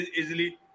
easily